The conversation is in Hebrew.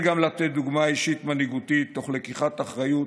וגם לתת דוגמה אישית מנהיגותית תוך לקיחת אחריות